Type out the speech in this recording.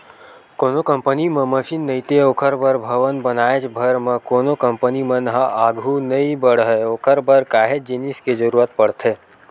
कोनो कंपनी म मसीन नइते ओखर बर भवन बनाएच भर म कोनो कंपनी मन ह आघू नइ बड़हय ओखर बर काहेच जिनिस के जरुरत पड़थे